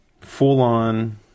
full-on